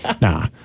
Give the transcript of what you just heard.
Nah